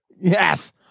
Yes